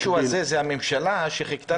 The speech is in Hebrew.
את המישהו הזה זאת הממשלה שחיכתה.